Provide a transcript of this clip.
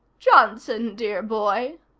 johnson, dear boy,